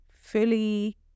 fully